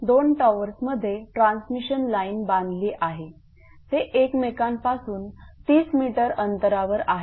दोन टॉवर्समध्ये transmission line बांधली आहे ते एकमेकांपासून 30m अंतरावर आहेत